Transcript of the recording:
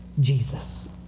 Jesus